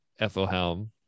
Ethelhelm